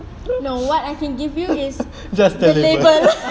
no what I can give you is the label